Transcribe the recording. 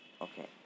Okay